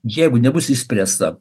jeigu nebus išspręsta